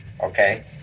okay